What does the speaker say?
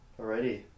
Alrighty